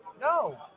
No